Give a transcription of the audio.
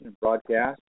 broadcast